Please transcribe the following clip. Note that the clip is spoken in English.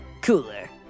cooler